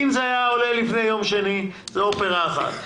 אם זה היה עולה לפני יום שני, זאת אופרה אחת.